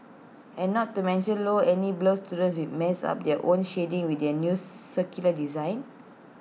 and not to mention low any blur students will mess up their own shading with the new circular design